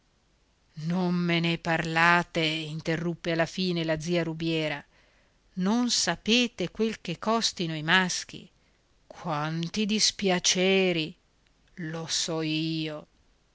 non me ne parlate interruppe alla fine la zia rubiera non sapete quel che costino i maschi quanti dispiaceri lo so io